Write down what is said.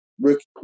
Rick